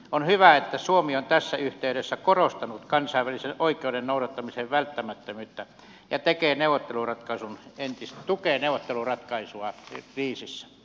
on hyvä että suomi on tässä yhteydessä korostanut kansainvälisen oikeuden noudattamisen välttämättömyyttä ja tukee neuvotteluratkaisua kriisissä